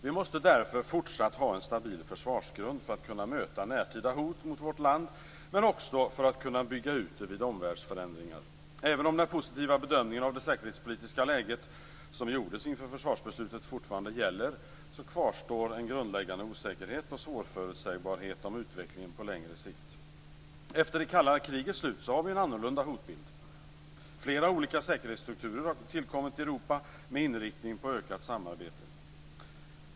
Vi måste därför fortsatt ha en stabil försvarsgrund för att kunna möta närtida hot mot vårt land men också för att kunna bygga ut det vid omvärldsförändringar. Även om den positiva bedömning av det säkerhetspolitiska läget som gjordes inför försvarsbeslutet fortfarande gäller, kvarstår en grundläggande osäkerhet och svårförutsägbarhet om utvecklingen på längre sikt. Efter det kalla krigets slut har vi en annorlunda hotbild. Flera olika säkerhetsstrukturer har tillkommit i Europa med inriktning på ökat samarbete.